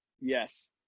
Yes